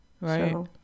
Right